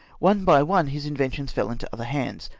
one by one his inventions fell into other hands,